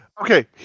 okay